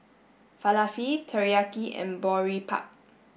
Falafel Teriyaki and Boribap